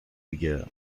دیگه